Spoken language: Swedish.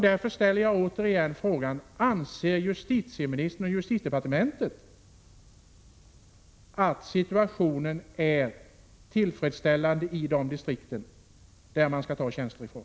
Därför ställer jag återigen frågan: Anser justitieministern och justitiedepartementet att situationen är tillfredsställande i de distrikt som man skall ta tjänster ifrån?